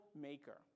maker